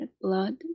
blood